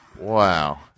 Wow